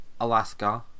Alaska